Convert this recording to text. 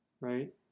right